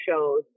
shows